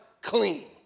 clean